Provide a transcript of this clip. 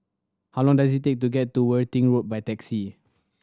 how long does it take to get to Worthing Road by taxi